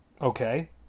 Okay